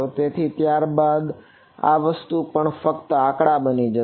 તેથી ત્યારબાદ આ વસ્તુ પણ ફક્ત આંકડા બની જશે